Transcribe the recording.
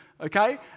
Okay